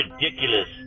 ridiculous